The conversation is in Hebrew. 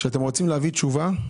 כשאתם רוצים לתת תשובה,